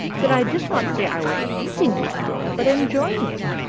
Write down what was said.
that i did not say i was eating my dinner, but enjoying it.